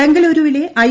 ബംഗളൂരുവിലെ ഐ